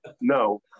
No